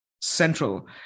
central